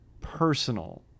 personal